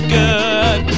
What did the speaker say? good